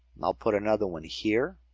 i'll put another one here.